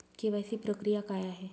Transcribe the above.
KYC प्रक्रिया काय आहे?